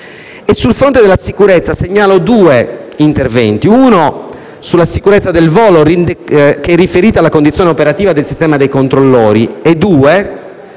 Sul fronte della sicurezza segnalo due interventi: una misura sulla sicurezza del volo riferita alla condizione operativa del sistema dei controllori e